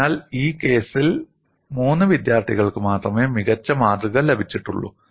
അതിനാൽ ഈ കേസിൽ മൂന്ന് വിദ്യാർത്ഥികൾക്ക് മാത്രമേ മികച്ച മാതൃക ലഭിച്ചിട്ടുള്ളൂ